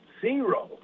Zero